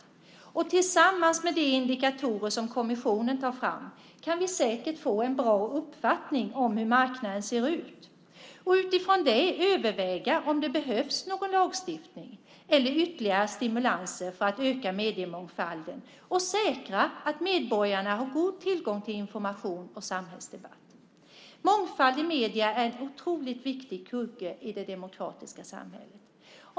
Av det tillsammans med de indikatorer som kommissionen tar fram kan vi säkert få en bra uppfattning om hur marknaden ser ut och utifrån det överväga om det behövs någon lagstiftning eller ytterligare stimulanser för att öka mediemångfalden och säkra att medborgarna har god tillgång till information och samhällsdebatt. Mångfald i medier är en otroligt viktig kugge i det demokratiska samhället.